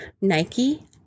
Nike